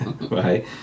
Right